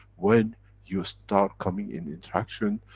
when you start coming in interaction,